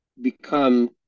become